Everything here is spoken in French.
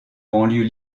banlieue